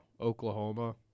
Oklahoma